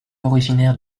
originaire